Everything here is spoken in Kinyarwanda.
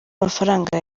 mafaranga